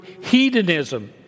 hedonism